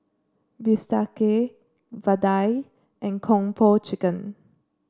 Bistake Vadai and Kung Po Chicken